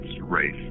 race